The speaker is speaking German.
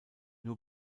nur